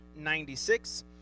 96